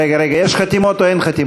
רגע, רגע, יש חתימות או אין חתימות?